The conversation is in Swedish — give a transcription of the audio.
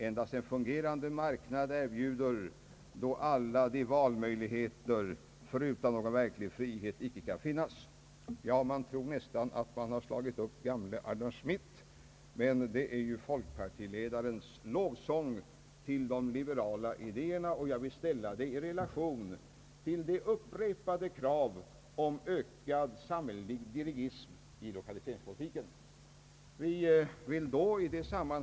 Endast en fungerande marknad erbjuder då alla de valmöjligheter, förutan vilka någon verklig frihet icke kan finnas.» Man tror nästan att man har slagit upp ett citat av den gamle Adam Smith, men det är ju folkpartiledaren Sven Wedéns lovsång till de liberala idéerna. Jag vill ställa den i relation till de upprepade kraven om ökad samhällelig dirigism i lokaliseringspolitiken.